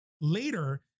later